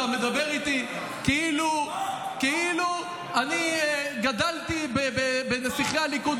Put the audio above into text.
אתה מדבר איתי כאילו אני גדלתי בין נסיכי הליכוד.